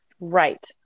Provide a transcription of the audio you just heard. Right